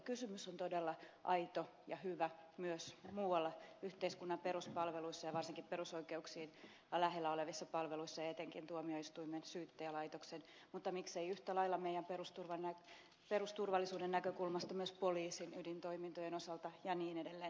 kysymys on todella aito ja hyvä myös muualla yhteiskunnan peruspalveluissa ja varsinkin perusoikeuksia lähellä olevissa palveluissa ja etenkin tuomioistuimen syyttäjälaitoksen mutta miksei yhtä lailla meidän perusturvallisuutemme näkökulmasta myös poliisin ydintoimintojen osalta ja niin edelleen